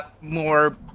more